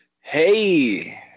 Hey